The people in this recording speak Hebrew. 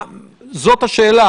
האם התרשמתם בנקודת הזמן הזאת